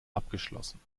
abgeschlossen